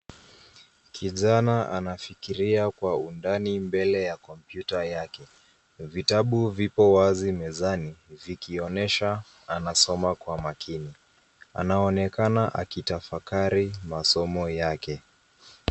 Kijana anafikiria kwa undani mbele ya kompyuta yake. Vitabu vipo wazi mezani vikionyesha anasoma Kwa maakini. Anaonekana akitafakari masomo yake.